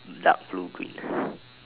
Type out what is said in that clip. dark blue green